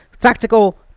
tactical